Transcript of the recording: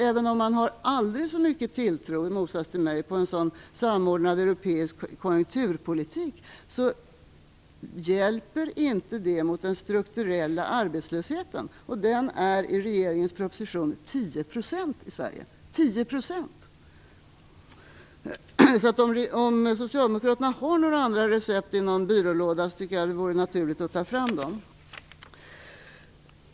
Även om man har aldrig så mycket tilltro till en sådan samordnad europeisk konjunkturpolitik, hjälper det inte mot den strukturella arbetslösheten, som enligt regeringens proposition är 10 % i Sverige - 10 %! Om socialdemokraterna har några andra recept i någon byrålåda, tycker jag alltså att det vore naturligt att de tog fram dem.